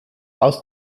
aus